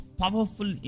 powerful